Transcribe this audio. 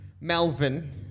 Melvin